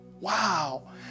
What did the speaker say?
Wow